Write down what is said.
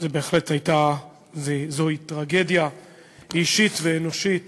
זו בהחלט הייתה וזו טרגדיה אישית ואנושית